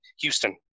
Houston